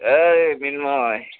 এই মৃন্ময়